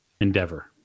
endeavor